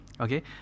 okay